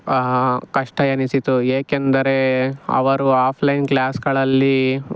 ಕಷ್ಟ ಎನಿಸಿತು ಏಕೆಂದರೆ ಅವರು ಆಫ್ಲೈನ್ ಕ್ಲಾಸ್ಗಳಲ್ಲಿ